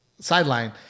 sideline